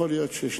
יכול להיות שיש